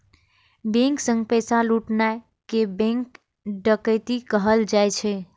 bank सं पैसा लुटनाय कें बैंक डकैती कहल जाइ छै